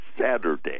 Saturday